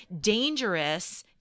dangerous